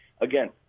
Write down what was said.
Again